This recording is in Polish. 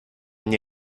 nie